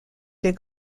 des